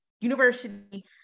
University